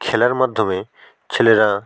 খেলার মাধ্যমে ছেলেরা